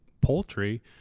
poultry